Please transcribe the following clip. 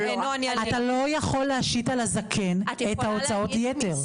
אתה לא יכול להשית על הזקן את ההוצאות יתר.